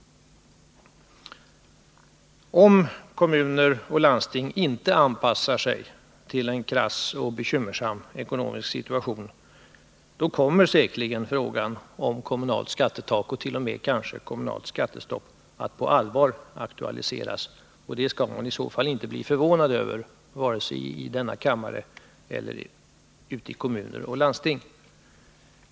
Om kommuner och landsting inte anpassar sig till en krass och bekymmersam ekonomisk situation, kommer säkerligen frågan om kommunalt skattetak och kanske t.o.m. kommunalt skattestopp att på allvar aktualiseras. Det skall man i så fall inte bli förvånad över vare sig i denna kammare eller ute i kommuner och landsting.